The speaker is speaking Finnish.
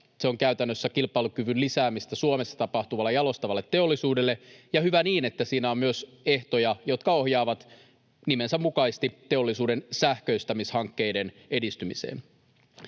se on käytännössä kilpailukyvyn lisäämistä Suomessa tapahtuvalle jalostavalle teollisuudelle, ja hyvä niin, että siinä on myös ehtoja, jotka ohjaavat sen nimensä mukaisesti teollisuuden sähköistämishankkeiden edistymiseen.